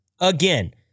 Again